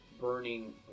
burning